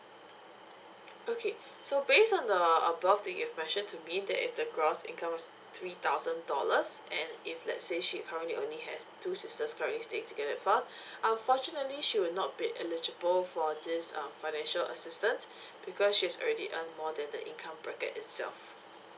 okay so based on the above that you have mentioned to me that if the gross income is three thousand dollars and if let's say she currently only has two sisters currently staying together with her unfortunately she will not be eligible for this um financial assistance because she's already earn more than the income bracket itself